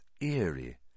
eerie